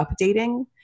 Updating